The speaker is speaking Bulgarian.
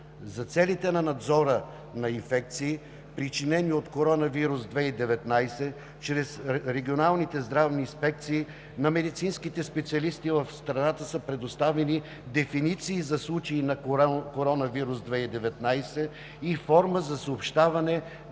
За целите на надзора на инфекции, причинени от коронавирус 2019, чрез регионалните здравни инспекции на медицинските специалисти в страната са предоставени дефиниции за случаи на коронавирус 2019 и форма за съобщаване на